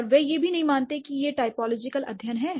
और वे यह भी नहीं मानते कि यह एक टाइपोलॉजिकल अध्ययन है